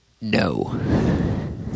No